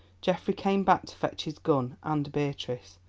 geoffrey came back to fetch his gun and beatrice,